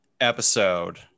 episode